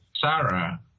Sarah